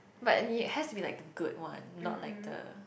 but it has to be like the good one not like the